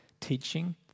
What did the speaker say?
teaching